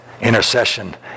intercession